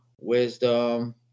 wisdom